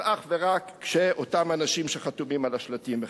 אך ורק כשאותם אנשים שחתומים על השלטים הכינו.